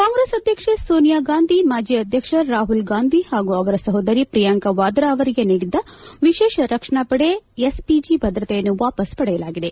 ಕಾಂಗ್ರೆಸ್ ಅಧ್ಯಕ್ಷೆ ಸೋನಿಯಾಗಾಂಧಿ ಮಾಜಿ ಅಧ್ಯಕ್ಷ ರಾಹುಲ್ಗಾಂಧಿ ಹಾಗೂ ಅವರ ಸಹೋದರಿ ಪ್ರಿಯಾಂಕಾ ವಾದ್ರಾ ಅವರಿಗೆ ನೀಡಿದ್ದ ವಿಶೇಷ ರಕ್ಷಣಾ ಪಡೆ ಎಸ್ಪಿಜಿ ಭದ್ರತೆಯನ್ನು ವಾಪಸ್ಸು ಪಡೆಯಲಾಗಿದೆ